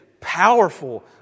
powerful